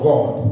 God